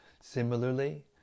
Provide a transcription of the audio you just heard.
Similarly